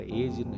age